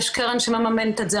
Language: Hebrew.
יש קרן שמממנת את זה.